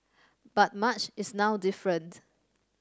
but much is now different